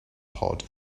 pod